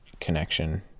connection